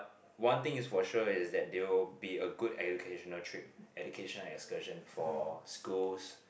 one thing is for sure is that there will be a good educational trip educational excursion for schools